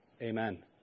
Amen